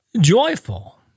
joyful